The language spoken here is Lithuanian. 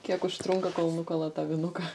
kiek užtrunka kol nukala tą vinuką